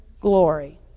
glory